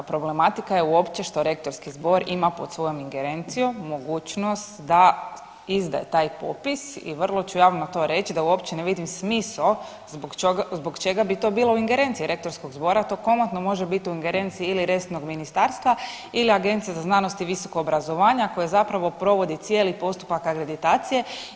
Problematika je uopće što Rektorski zbog ima pod svojom ingerencijom mogućnost da izda taj popis i vrlo ću javno to reći, da uopće ne vidim smisao zbog čega bi to bilo u ingerenciji rektorskog zbora, to komotno može biti u ingerenciji ili resornog ministarstva ili Agencije za znanost i visoko obrazovanje koje zapravo provodi cijeli postupak akreditacije.